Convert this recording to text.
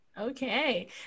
Okay